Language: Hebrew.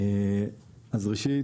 ראשית,